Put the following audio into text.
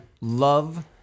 love